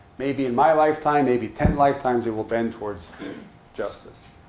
maybe in my lifetime, maybe ten lifetimes, it will bend towards justice.